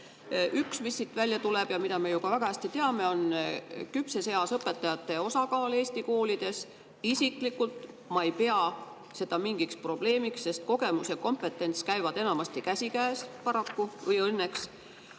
Üks, mis siit välja tuleb ja mida me väga hästi teame, on küpses eas õpetajate osakaal Eesti koolides. Isiklikult ma ei pea seda mingiks probleemiks, sest kogemus ja kompetents paraku või õnneks